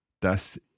dass